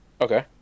Okay